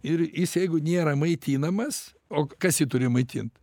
ir jis jeigu nėra maitinamas o kas jį turi maitint